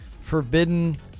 forbidden